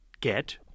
get